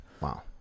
Wow